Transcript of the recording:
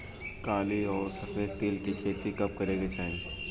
काली अउर सफेद तिल के खेती कब करे के चाही?